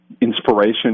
inspiration